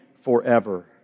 forever